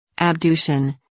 Abduction